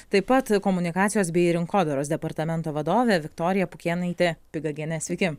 taip pat komunikacijos bei rinkodaros departamento vadovė viktorija pukėnaitė pigagienė sveiki